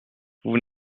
vous